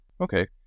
Okay